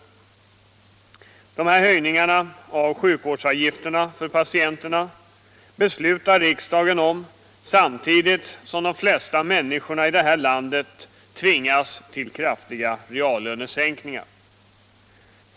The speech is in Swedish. Riksdagen beslutar om dessa höjningar av sjukvårdsavgifterna för patienterna på samma gång som de flesta människor i det här landet tvingas till kraftiga reallönesänkningar.